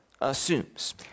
assumes